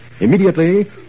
Immediately